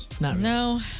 No